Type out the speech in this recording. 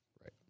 Right